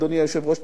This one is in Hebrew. אדוני היושב-ראש,